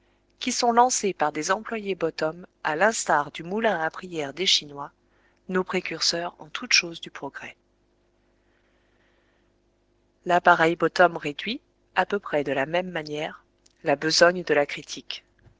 qui sont lancés par des employés bottom à l'instar du moulin à prières des chinois nos précurseurs en toutes choses du progrès lappareil bottom réduit à peu près de la même manière la besogne de la critique